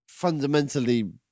fundamentally